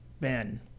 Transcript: Ben